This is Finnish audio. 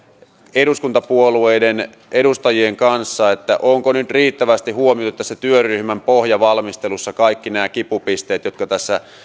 eduskuntapuolueiden edustajien kanssa siitä onko nyt riittävästi huomioitu tässä työryhmän pohjavalmistelussa kaikki nämä kipupisteet jotka